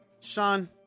Sean